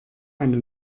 eine